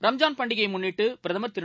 ரம்ஜான் பண்டிகையைமுன்னிட்டுபிரதமா் திரு